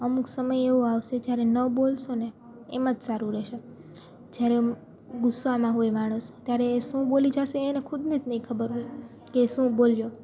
અમુક સમય એવો આવશે જ્યારે ન બોલશોને એમાં જ સારું રહેશે જ્યારે ગુસ્સામાં હોય માણસ ત્યારે એ શું બોલી જાશે એ એને ખુદને જ નહીં ખબર હોય કે એ શું બોલ્યો